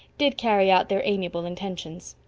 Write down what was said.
did carry out their amiable intentions.